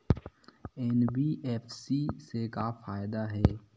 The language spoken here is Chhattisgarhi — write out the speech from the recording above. एन.बी.एफ.सी से का फ़ायदा हे?